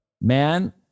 man